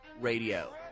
Radio